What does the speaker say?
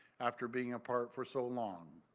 after being apart for so long.